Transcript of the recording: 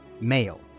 Male